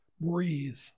breathe